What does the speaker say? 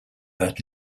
had